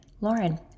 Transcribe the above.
Lauren